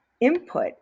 input